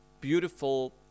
beautiful